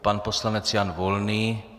Pan poslanec Jan Volný.